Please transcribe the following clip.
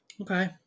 Okay